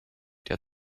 der